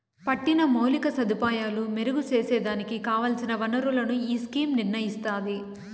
పట్టిన మౌలిక సదుపాయాలు మెరుగు సేసేదానికి కావల్సిన ఒనరులను ఈ స్కీమ్ నిర్నయిస్తాది